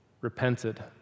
repented